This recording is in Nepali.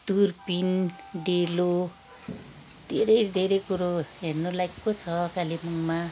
दुर्पिन डेलो धेरै धेरै कुरो हेर्नु लायकको छ कालेबुङमा